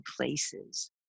places